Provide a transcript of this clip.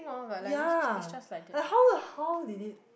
ya like how how did it